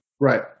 Right